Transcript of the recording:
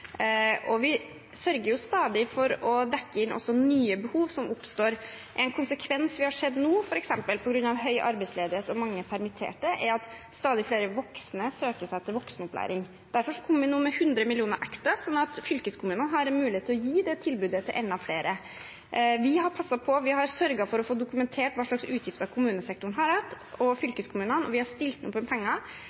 og vi sørger jo stadig for å dekke inn også nye behov som oppstår. En konsekvens vi har sett nå, f.eks., på grunn av høy arbeidsledighet og mange permitterte, er at stadig flere voksne søker seg til voksenopplæring. Derfor kommer vi nå med 100 mill. kr ekstra, slik at fylkeskommunene har en mulighet til å gi det tilbudet til enda flere. Vi har passet på og sørget for å få dokumentert hva slags utgifter kommunesektoren og fylkeskommunene har hatt. Vi har stilt opp med penger,